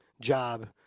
job—